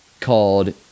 called